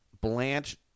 Blanche